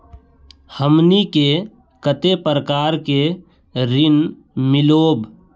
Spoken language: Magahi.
हमनी के कते प्रकार के ऋण मीलोब?